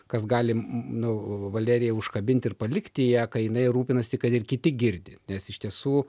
kas gali nu valeriją užkabinti ir palikti ją kai jinai rūpinasi kad ir kiti girdi nes iš tiesų